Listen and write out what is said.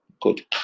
good